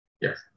Yes